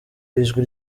ijwi